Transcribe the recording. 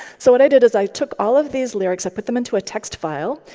so what i did is i took all of these lyrics. i put them into a text file.